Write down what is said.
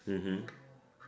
mmhmm